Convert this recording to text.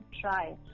try